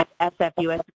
SFUS